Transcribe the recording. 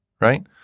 right